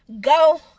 go